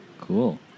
Cool